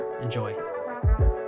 Enjoy